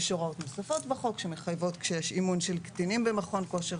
יש הוראות נוספות בחוק שמחייבות כשיש אימון של קטינים במכון כושר,